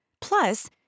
Plus